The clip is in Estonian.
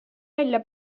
välja